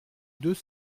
deux